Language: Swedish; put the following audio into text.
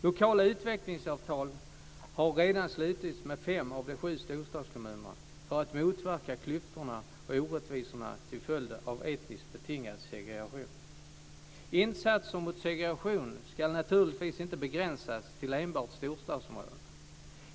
Lokala utvecklingsavtal har redan slutits med fem av de sju storstadskommunerna för att motverka klyftorna och orättvisorna till följd av etniskt betingad segregation. Insatser mot segregation ska naturligtvis inte begränsas till enbart storstadsområdena.